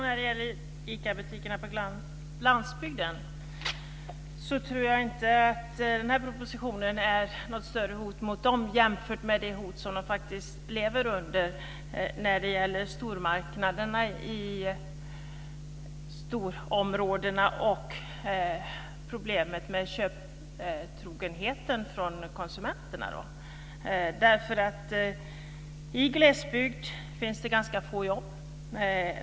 Fru talman! Jag tror inte att den här propositionen utgör något hot mot ICA-butikerna på landsbygden jämfört med det hot som de lever under från stormarknader och när det gäller köptrogenheten från konsumenterna. I glesbygden finns det ganska få jobb.